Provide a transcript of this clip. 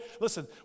listen